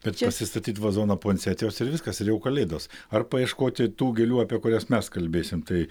bet pasistatyt vazoną puansetijos ir viskas ir jau kalėdos ar paieškoti tų gėlių apie kurias mes kalbėsim tai